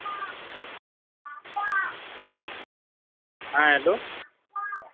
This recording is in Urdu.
ہاں ہیلو